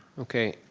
okay.